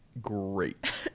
great